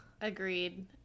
Agreed